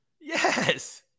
Yes